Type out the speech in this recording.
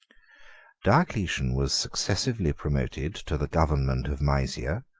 diocletian was successively promoted to the government of maesia,